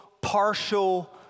partial